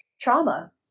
trauma